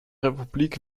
republik